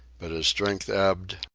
but his strength ebbed,